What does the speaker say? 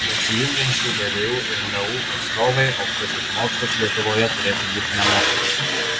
besijungiančių vdu ir leu atstovai aukštasis mokslas lietuvoje turėtų būti nemokamas